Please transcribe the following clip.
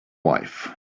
wife